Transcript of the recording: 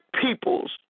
peoples